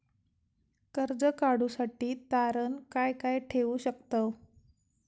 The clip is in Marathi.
कर्ज काढूसाठी तारण काय काय ठेवू शकतव?